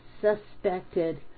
suspected